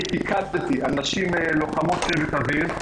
אני פיקדתי על נשים לוחמות צוות אוויר.